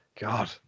God